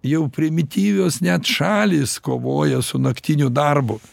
jau primityvios net šalys kovoja su naktiniu darbu